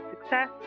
success